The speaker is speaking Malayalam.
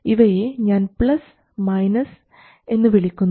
ഇവയെ ഞാൻ പ്ലസ് മൈനസ് എന്നിങ്ങനെ വിളിക്കുന്നു